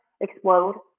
explode